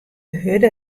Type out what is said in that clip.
hurde